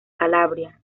calabria